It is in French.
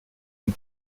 une